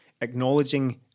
acknowledging